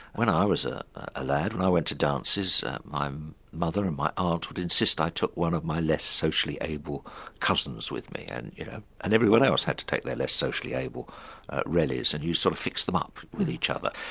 when i was a lad, when i went to dances my mother and my aunt would insist that i took one of my less socially able cousins with me and you know and everyone else had to take their less socially able relatives and you sort of fixed them up with each other.